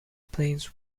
plains